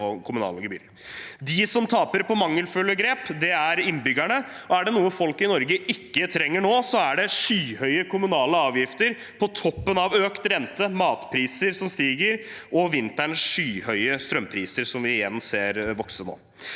De som taper på mangelfulle grep, er innbyggerne. Er det noe folk i Norge ikke trenger nå, er det skyhøye kommunale avgifter – på toppen av økt rente, matpriser som stiger og vinterens skyhøye strømpriser, som vi igjen ser vokse nå.